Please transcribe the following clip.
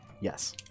Yes